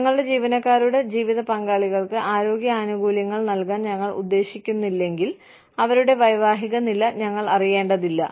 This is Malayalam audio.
ഞങ്ങളുടെ ജീവനക്കാരുടെ ജീവിതപങ്കാളികൾക്ക് ആരോഗ്യ ആനുകൂല്യങ്ങൾ നൽകാൻ ഞങ്ങൾ ഉദ്ദേശിക്കുന്നില്ലെങ്കിൽ അവരുടെ വൈവാഹിക നില ഞങ്ങൾ അറിയേണ്ടതില്ല